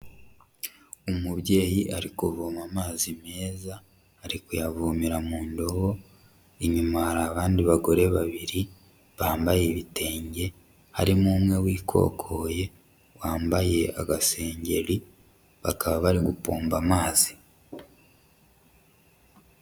Umubyeyi ari kuvoma amazi meza ari kuyavomera mu ndobo inyuma hari abandi bagore 2 bambaye ibitenge harimo umwe wikokoye wambaye agaseri bakaba bari gupomba amazi.